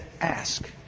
ask